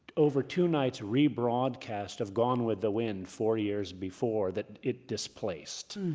over two nights, rebroadcast of gone with the wind four years before that it displaced.